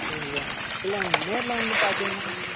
சரி வாங்க இல்லை நேரில் வந்து பார்த்தீங்கன்னா